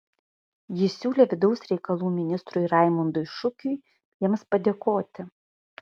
ji siūlė vidaus reikalų ministrui raimundui šukiui jiems padėkoti